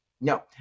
no